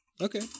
Okay